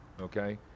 okay